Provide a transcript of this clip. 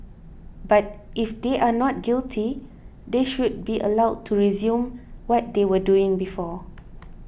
but if they are not guilty they should be allowed to resume what they were doing before